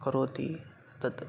करोति तत्